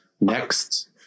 Next